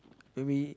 maybe